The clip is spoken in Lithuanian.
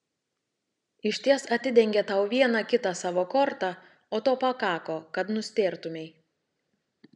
išties atidengė tau vieną kitą savo kortą o to pakako kad nustėrtumei